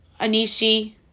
Anishi